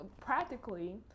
practically